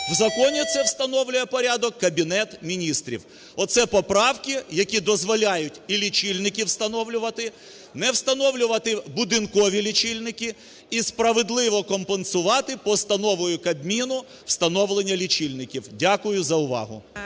У законі це встановлює порядок Кабінет Міністрів. Оце поправки, які дозволяють і лічильники встановлювати, не встановлювати будинкові лічильники і справедливо компенсувати постановою Кабміну встановлення лічильників. Дякую за увагу.